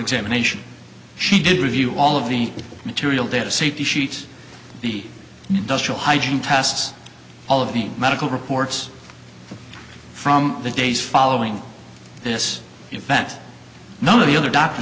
examination she did review all of the material data safety sheets the industrial hygiene tests all of the medical reports from the days following this event none of the other doctor